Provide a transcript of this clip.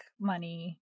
money